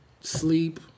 sleep